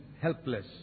helpless